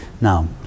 Now